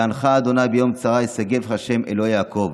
יענך ה' ביום צרה ישגבך שם אלהי יעקב.